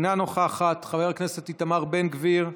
אינה נוכחת, חבר הכנסת איתמר בן גביר,